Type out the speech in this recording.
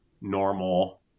normal